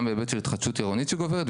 גם בהיבט של התחדשות עירונית שגוברת,